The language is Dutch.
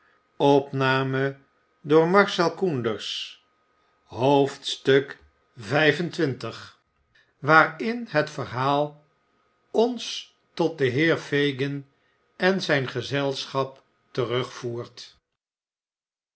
xxv waarin het verhaal ons tot den heer fagin en zijn gezelschap terugvoert